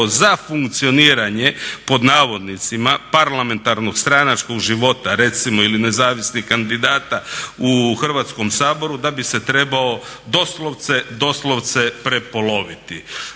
za "funkcioniranje parlamentarnog stranačkog života" recimo ili nezavisnih kandidata u Hrvatskom saboru da bi se trebao doslovce prepoloviti.